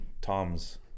Tom's